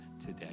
today